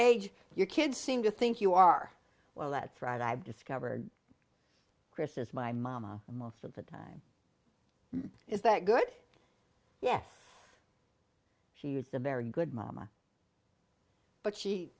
age your kids seem to think you are well that's right i've discovered chris's my momma most of the time is that good yes she was a very good mama but she